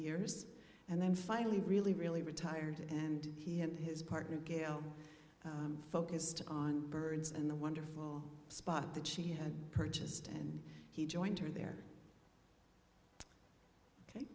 years and then finally really really retired and he had his partner gail focused on birds and the wonderful spot that she had purchased and he joined her there